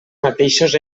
mateixos